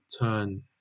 turn